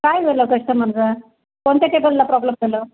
काय झालं कस्टमरचं कोणत्या टेबलला प्रॉब्लम झालं